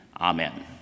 Amen